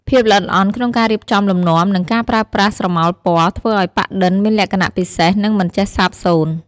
ភាពល្អិតល្អន់ក្នុងការរៀបចំលំនាំ និងការប្រើប្រាស់ស្រមោលពណ៌ ធ្វើឱ្យប៉ាក់-ឌិន មានលក្ខណៈពិសេស និងមិនចេះសាបសូន្យ។